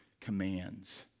commands